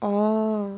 orh